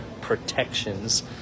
protections